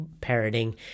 parroting